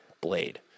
blade